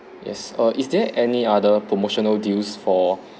yes err is there any other promotional deals for